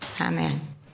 Amen